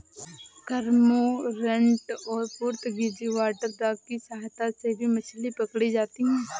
cormorant और Portuguese water dog की सहायता से भी मछली पकड़ी जाती है